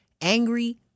angry